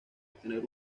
obtener